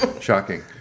shocking